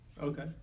Okay